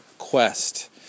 quest